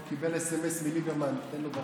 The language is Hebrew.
הוא קיבל סמ"ס מליברמן: תן לו בראש.